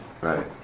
Right